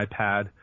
iPad